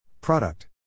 Product